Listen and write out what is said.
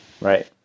Right